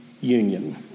union